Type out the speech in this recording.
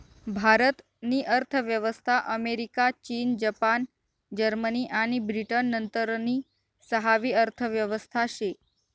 भारत नी अर्थव्यवस्था अमेरिका, चीन, जपान, जर्मनी आणि ब्रिटन नंतरनी सहावी अर्थव्यवस्था शे